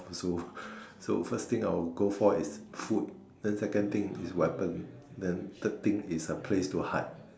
also so first thing I will go for is food then second thing is weapon then third thing is a place to hide